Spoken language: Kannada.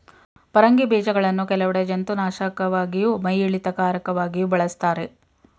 ಪರಂಗಿ ಬೀಜಗಳನ್ನು ಕೆಲವೆಡೆ ಜಂತುನಾಶಕವಾಗಿಯೂ ಮೈಯಿಳಿತಕಾರಕವಾಗಿಯೂ ಬಳಸ್ತಾರೆ